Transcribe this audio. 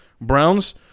Browns